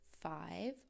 five